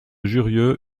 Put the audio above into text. jurieu